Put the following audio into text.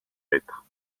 lettres